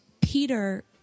Peter